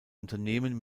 unternehmen